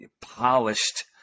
polished